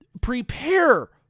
prepare